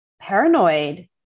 paranoid